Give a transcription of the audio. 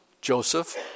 Joseph